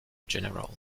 general